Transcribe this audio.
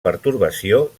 pertorbació